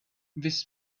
this